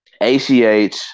ACH